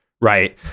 right